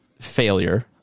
failure